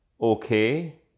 okay